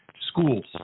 schools